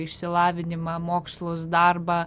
išsilavinimą mokslus darbą